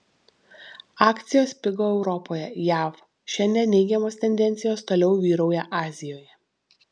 akcijos pigo europoje jav šiandien neigiamos tendencijos toliau vyrauja azijoje